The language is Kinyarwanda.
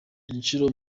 ishusho